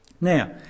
Now